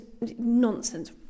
nonsense